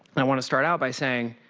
i want to start out by saying,